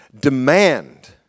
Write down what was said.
demand